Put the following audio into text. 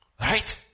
Right